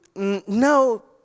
No